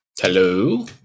Hello